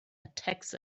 attacks